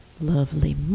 Lovely